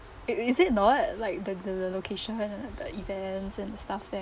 it is it not like the the the location the events and stuff there